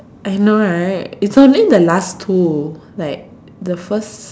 I know right it's only the last two like the first